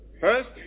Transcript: First